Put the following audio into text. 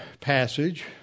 passage